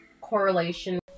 correlation